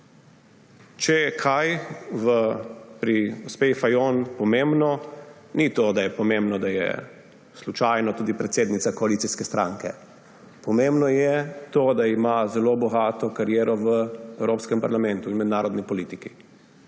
Če je kaj pri gospe Fajon pomembno, ni to, da je pomembno, da je slučajno tudi predsednica koalicijske stranke. Pomembno je to, da ima zelo bogato kariero v Evropskem parlamentu in mednarodni politiki,